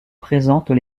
présentent